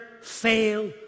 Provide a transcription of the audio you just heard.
fail